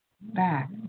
back